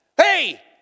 Hey